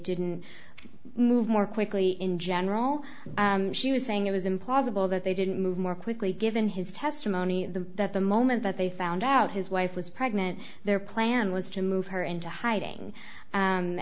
didn't move more quickly in general she was saying it was implausible that they didn't move more quickly given his testimony to that the moment that they found out his wife was pregnant their plan was to move her into hiding